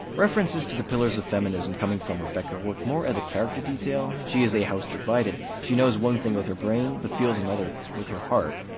references to the pillars of feminism coming from rebecca work more as a character detail she is a house divided she knows one thing with her brain but feels another with her heart.